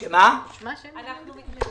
אנחנו מתנגדים.